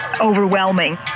overwhelming